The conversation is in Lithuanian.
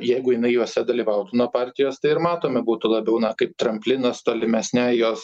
jeigu jinai juose dalyvautų nuo partijos tai ir matome būtų labiau na kaip tramplinas tolimesnei jos